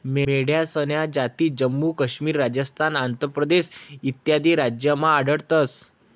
मेंढ्यासन्या जाती जम्मू काश्मीर, राजस्थान, आंध्र प्रदेश इत्यादी राज्यमा आढयतंस